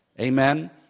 Amen